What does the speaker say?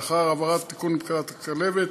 לאחר העברת התיקון לפקודת הכלבת,